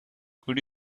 could